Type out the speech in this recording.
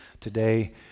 Today